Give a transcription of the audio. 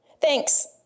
Thanks